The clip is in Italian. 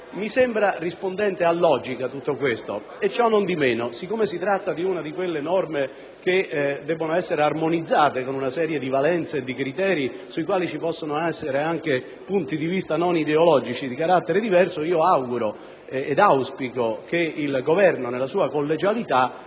mi sembra rispondente a logica. Ciò nondimeno, siccome si tratta di una di quelle norme che devono essere armonizzate secondo valenze e criteri sui quali vi possono essere anche punti di vista non ideologici di carattere diverso, auspico che il Governo, nella sua collegialità,